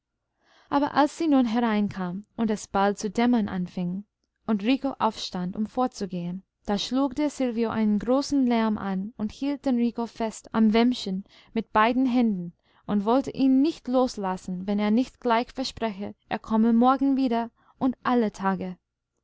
aber als sie nun hereinkam und es bald zu dämmern anfing und rico aufstand um fortzugehen da schlug der silvio einen großen lärm an und hielt den rico fest am wämschen mit beiden händen und wollte ihn nicht loslassen wenn er nicht gleich verspreche er komme morgen wieder und alle tage